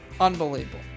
Unbelievable